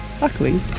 Luckily